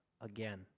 again